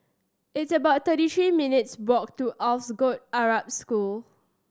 it's about thirty three minutes' walk to Alsagoff Arab School